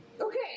Okay